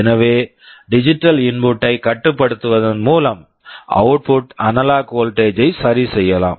எனவே digital input digital input ஐக் கட்டுப்படுத்துவதன் மூலம் output analog voltage output analog voltage ஐ சரி செய்யலாம்